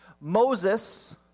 Moses